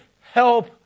help